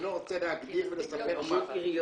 אני לא רוצה להגדיר ולספר מה.